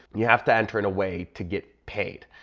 you have to enter in a way to get paid,